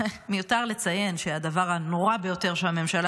מיותר לציין שהדבר הנורא ביותר שהממשלה